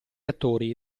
attori